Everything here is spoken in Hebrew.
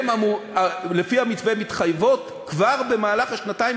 שלפי המתווה הן מתחייבות כבר במהלך השנתיים